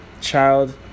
child